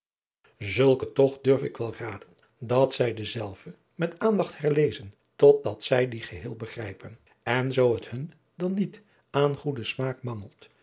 zulken toch durf ik wel raden dat zij dezelve met aandacht herlezen totdat zij die geheel begrijpen en zoo het hun dan niet aan goeden smaak mangelt